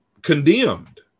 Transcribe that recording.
condemned